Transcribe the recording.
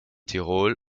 tirol